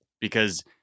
because-